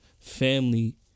family